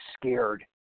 scared